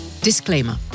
Disclaimer